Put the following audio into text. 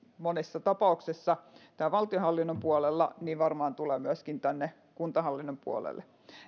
monessa tapauksessa täällä valtionhallinnon puolella ja varmaan tulevat myöskin tänne kuntahallinnon puolelle